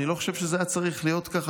אני לא חושב שזה היה צריך להיות ככה,